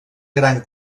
gran